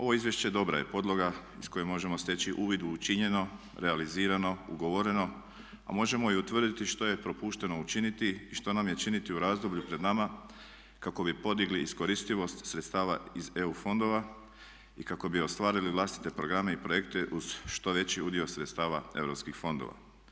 Ovo izvješće dobra je podloga iz koje možemo steći uvid u učinjeno, realizirano, ugovoreno a možemo i utvrditi što je propušteno učiniti i što nam je činiti u razdoblju pred nama kako bi podigli iskoristivost sredstava iz EU fondova i kako bi ostvarili vlastite programe i projekte uz što veći udio sredstava europskih fondova.